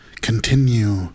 continue